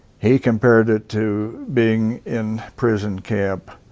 he compared it to being in prison camp